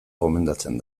gomendatzen